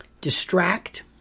distract